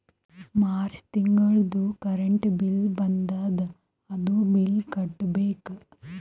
March ತಿಂಗಳದೂ current bill ಬಂದದ, ಅದೂ ಬಿಲ್ ಕಟ್ಟಬೇಕ್